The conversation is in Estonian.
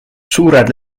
suured